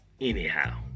anyhow